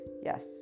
yes